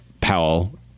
Powell